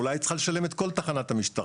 אולי היא צריכה לשלם את כל תחנת המשטרה?